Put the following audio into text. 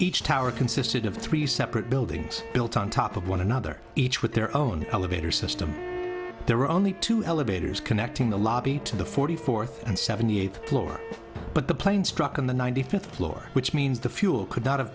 each tower consisted of separate buildings built on top of one another each with their own elevator system there are only two elevators connecting the lobby to the forty fourth and seventy eighth floor but the plane struck on the ninety fifth floor which means the fuel could not